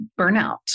burnout